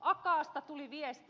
akaasta tuli viesti